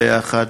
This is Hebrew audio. יחד,